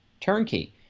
Turnkey